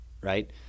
right